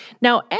Now